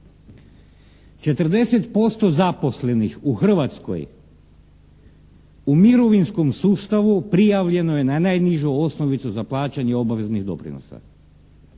40% zaposlenih u Hrvatskoj u mirovinskom sustavu prijavljeno je na najnižu osnovicu za plaćanje obaveznih doprinosa.